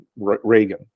Reagan